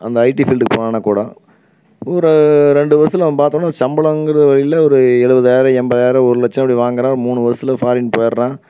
அந்த ஐடி ஃபீல்டுக்கு போனான்னால் கூட ஒரு ரெண்டு வருஷத்தில் நம்ம பார்த்தோன்ன சம்பளங்கிற வழியில் ஒரு எழுபதாயிரம் எண்பதாயிரம் ஒரு லட்சம் இப்படி வாங்கிறான் மூணு வருஷத்தில் ஃபாரின் போயிடுறான்